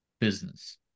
business